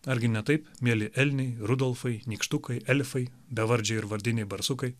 argi ne taip mieli elniai rudolfai nykštukai elfai bevardžiai ir vardiniai barsukai